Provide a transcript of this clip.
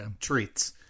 treats